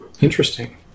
interesting